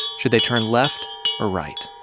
should they turn left or right?